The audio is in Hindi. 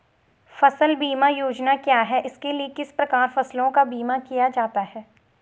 फ़सल बीमा योजना क्या है इसके लिए किस प्रकार फसलों का बीमा किया जाता है?